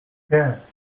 tiens